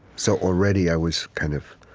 so already i was kind of